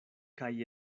kaj